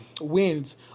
wins